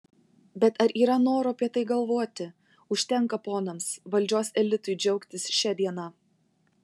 bet ar yra noro apie tai galvoti užtenka ponams valdžios elitui džiaugtis šia diena